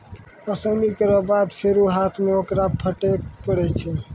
ओसौनी केरो बाद फेरु हाथ सें ओकरा फटके परै छै